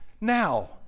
now